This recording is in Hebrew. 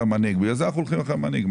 המנהיג ולכן אנחנו הולכים אחרי המנהיג.